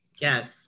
Yes